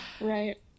Right